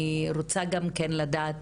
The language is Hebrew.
אני רוצה גם לדעת